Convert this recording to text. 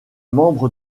membre